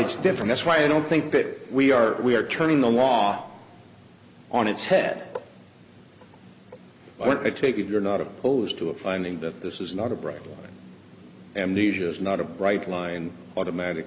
it's different that's why i don't think that we are we are turning the law on its head but i take it you're not opposed to a finding that this is not a break and news is not a bright line automatic